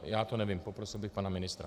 Já to nevím, poprosil bych pana ministra.